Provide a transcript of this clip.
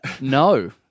No